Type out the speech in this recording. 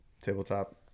Tabletop